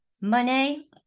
Money